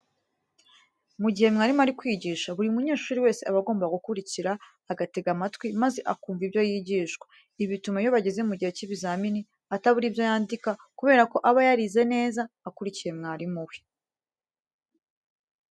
Mu gihe mwarimu ari kwigisha buri munyeshuri wese aba agomba gukurikira, agatega amatwi maze akumva ibyo yigishwa. Ibi bituma iyo bageze mu gihe cy'ibizamini atabura ibyo yandika kubera ko aba yarize neza akurikiye mwarimu we.